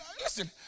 listen